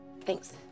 Thanks